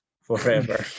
forever